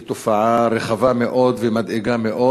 היא תופעה רחבה מאוד ומדאיגה מאוד.